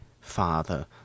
Father